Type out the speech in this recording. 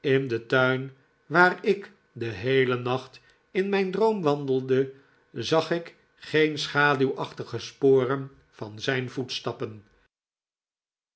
in den tuin waar ik den heelen nacht in mijn droom wandelde zag ik geen schaduwachtige sporen van zijn voetstappen